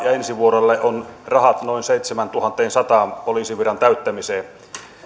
ja ensi vuodelle on rahat noin seitsemäntuhannensadan poliisiviran täyttämiseen